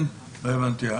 לא הבנתי.